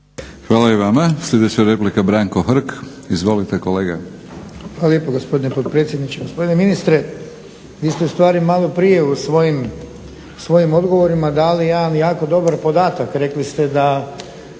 Hvala i vama. Sljedeća replika, Branko Hrg. Izvolite kolega. **Hrg, Branko (HSS)** Hvala lijepo gospodine potpredsjedniče. Gospodine ministre vi ste ustvari maloprije u svojim odgovorima dali jedan jako dobar podatak, rekli ste da